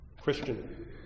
Christian